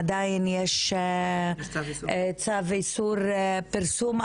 עדיין יש צו איסור פרסום,